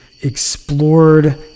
explored